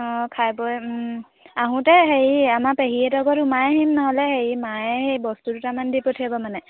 অঁ খাই বৈ আহোঁতে হেৰি আমাৰ পেহীহেঁতৰ ঘৰত সোমাই আহিম নহ'লে হেৰি মায়ে সেই বস্তু দুটামান দি পঠিয়াব মানে